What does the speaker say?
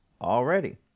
Already